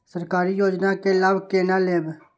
सरकारी योजना के लाभ केना लेब?